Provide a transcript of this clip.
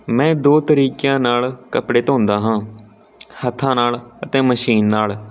ਮੈਂ ਦੋ ਤਰੀਕਿਆਂ ਨਾਲ ਕੱਪੜੇ ਧੋਂਦਾ ਹਾਂ ਹੱਥਾਂ ਨਾਲ ਅਤੇ ਮਸ਼ੀਨ ਨਾਲ